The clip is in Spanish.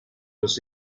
los